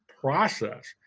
process